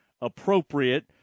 appropriate